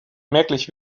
merklich